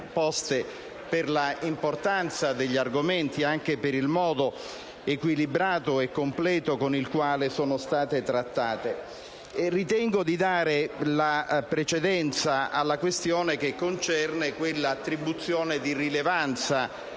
poste per la importanza degli argomenti e anche per il modo equilibrato e completo con il quale sono state trattate. Ritengo di dare la precedenza alla questione che concerne quell'attribuzione di rilevanza